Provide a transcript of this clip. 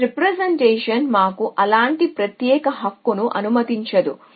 ఈ రీప్రెజెంటేషన్ మాకు అలాంటి ప్రత్యేక హక్కును అనుమతించదు